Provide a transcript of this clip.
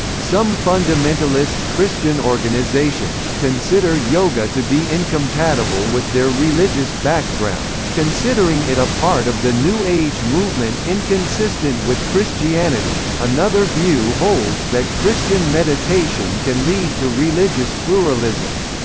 some fundamentalist christian organizations consider yoga to be incompatible with their religious background, considering it a part of the new age movement inconsistent with christianity another another view holds that christian meditation can lead to religious pluralism.